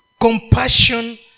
Compassion